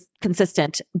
consistent